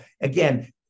again